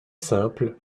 simple